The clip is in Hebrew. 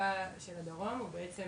התחזוקה של הדרום, בעצם